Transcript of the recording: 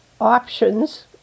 Options